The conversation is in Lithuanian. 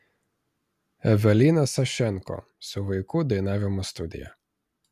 evelina sašenko su vaikų dainavimo studija